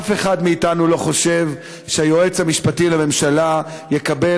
אף אחד מאתנו לא חושב שהיועץ המשפטי לממשלה יקבל